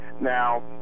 now